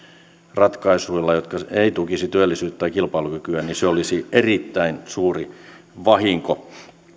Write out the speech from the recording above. ratkaisuilla jotka eivät tukisi työllisyyttä tai kilpailukykyä se olisi erittäin suuri vahinko